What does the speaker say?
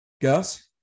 Gus